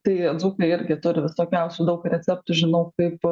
tai dzūkai irgi turi visokiausių daug receptų žinau kaip